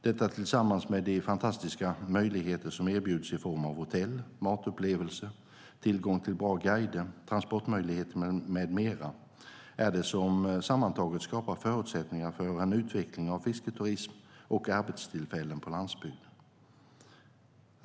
Detta tillsammans med de fantastiska möjligheter som erbjuds i form av hotell, matupplevelser, tillgång till bra guider, transportmöjligheter med mera är det som sammantaget skapar förutsättningar för en utveckling av fisketurism och arbetstillfällen på landsbygden.